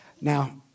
Now